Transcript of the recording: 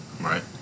right